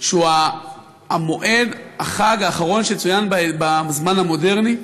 שהוא המועד, החג האחרון, שצוין בזמן המודרני.